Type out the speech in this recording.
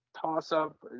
toss-up